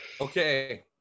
Okay